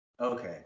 Okay